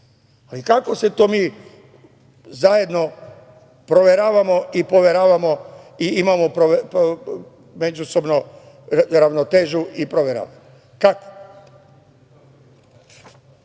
ali kako se to mi zajedno proveravamo i poveravamo i imamo međusobnu ravnotežu i proveru? Kako? Ne